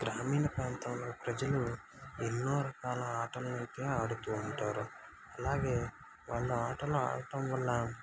గ్రామీణ ప్రాంతంలో ప్రజలు ఎన్నో రకాల ఆటలను అయితే ఆడుతు ఉంటారు అలాగే వాళ్లు ఆటలు ఆడటం వల్ల